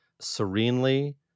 serenely